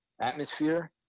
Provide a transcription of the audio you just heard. atmosphere